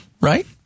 right